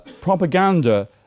propaganda